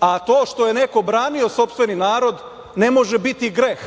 a to što je neko branio sopstveni narod, ne može biti greh,